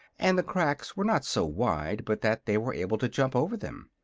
and the cracks were not so wide but that they were able to jump over them.